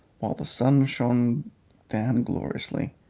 while the sun shone down gloriously,